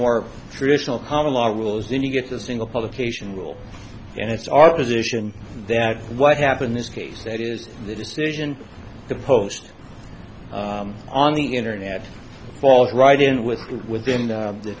more traditional common law rules then you get the single publication rule and it's our position that what happened this case that is the decision to post on the internet falls right in with with